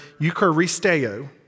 eucharisteo